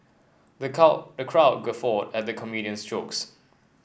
the crowd the crowd guffawed at the comedian's jokes